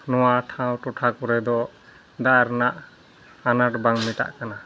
ᱱᱚᱣᱟ ᱴᱷᱟᱶ ᱴᱚᱴᱷᱟ ᱠᱚᱨᱮᱫᱚ ᱫᱟᱜ ᱨᱮᱱᱟᱜ ᱟᱱᱟᱴ ᱵᱟᱝ ᱢᱮᱴᱟᱜ ᱠᱟᱱᱟ